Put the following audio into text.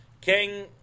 King